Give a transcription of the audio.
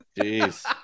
Jeez